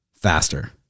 faster